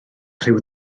rhyw